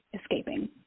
escaping